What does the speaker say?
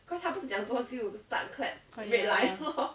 oh ya